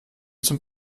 zum